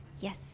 Yes